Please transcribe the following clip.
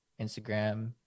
Instagram